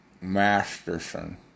Masterson